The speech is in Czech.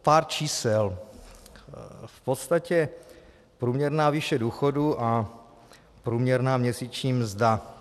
Pár čísel, v podstatě průměrná výše důchodu a průměrná měsíční mzda.